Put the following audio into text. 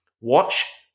watch